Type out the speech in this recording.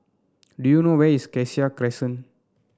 do you know where is Cassia Crescent